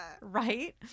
right